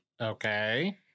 Okay